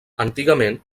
antigament